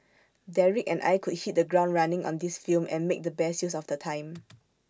Derek and I could hit the ground running on this film and make the best use of the time